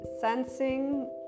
sensing